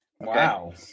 Wow